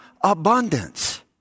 abundance